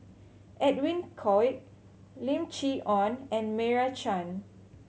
Edwin Koek Lim Chee Onn and Meira Chand